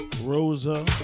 Rosa